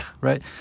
right